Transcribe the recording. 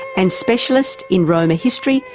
and specialist in roma history,